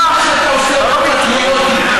בגלל שהסקרים,